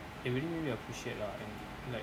it really make me appreciate lah and like